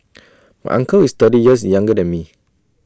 my uncle is thirty years younger than me